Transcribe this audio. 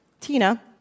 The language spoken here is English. Tina